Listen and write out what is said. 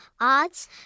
odds